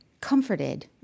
comforted